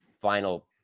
final